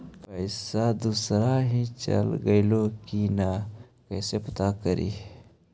पैसा दुसरा ही चल गेलै की न कैसे पता करि?